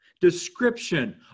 description